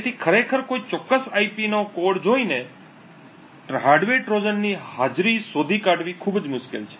તેથી ખરેખર કોઈ ચોક્કસ આઈપી નો કોડ જોઈને ખરેખર હાર્ડવેર ટ્રોજનની હાજરી શોધી કાઢવી ખૂબ જ મુશ્કેલ છે